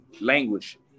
Language